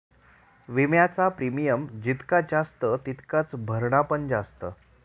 विम्याचा प्रीमियम जितका जास्त तितकाच भरणा पण जास्त